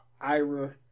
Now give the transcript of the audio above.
Ira